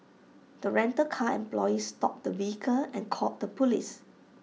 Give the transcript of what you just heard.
the rental car employee stopped the vehicle and called the Police